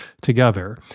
together